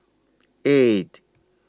eight